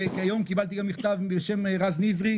שכיום גם קיבלתי מכתב בשם רז נזרי,